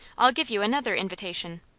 i'll give you another invitation.